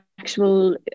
actual